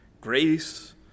grace